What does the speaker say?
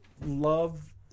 love